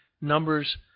numbers